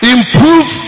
Improve